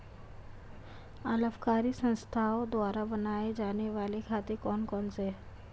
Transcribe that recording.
अलाभकारी संस्थाओं द्वारा बनाए जाने वाले खाते कौन कौनसे हैं?